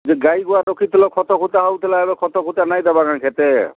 ଯେ ଗାଈ ଗୁଆ ରଖିଥିଲ ଖତ ଖୁତା ହେଉଥିଲା ଏବେ ଖତ ଖୁତା ନାହିଁ ଦେବା କାଏଁ କ୍ଷେତେ